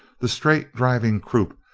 the straight-driving croup,